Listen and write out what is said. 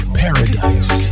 paradise